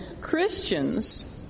Christians—